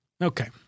Okay